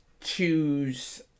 choose